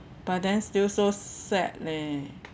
but then still so sad leh